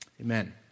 Amen